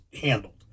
handled